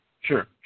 Sure